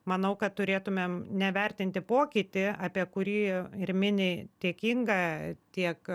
manau kad turėtumėm nevertinti pokytį apie kurį ir mini tiek inga tiek